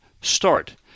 start